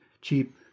cheap